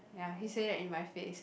ya he say that in my face